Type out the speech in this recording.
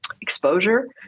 exposure